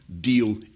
deal